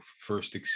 first